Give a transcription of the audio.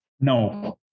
No